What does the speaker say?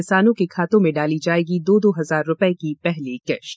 किसानों के खातों में डाली जायेगी दो दो हजार रुपये की पहली किश्त